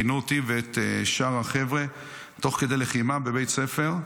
פינו אותי ואת שאר החבר'ה תוך כדי לחימה בבית ספר.